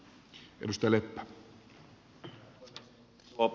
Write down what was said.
herra puhemies